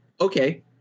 Okay